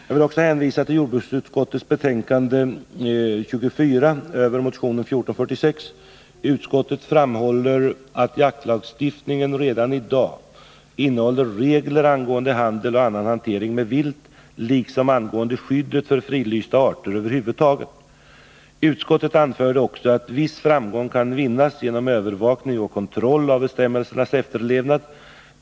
Jag vill också hänvisa till jordbruksutskottets betänkande 1979 79:1446. Utskottet framhåller att jaktlagstiftningen redan i dag innehåller regler angående handel och annan hantering med vilt, liksom angående skyddet för fridlysta arter över huvud taget. Utskottet anförde också att viss framgång kan vinnas genom övervakning och kontroll av bestämmelsernas efterlevnad.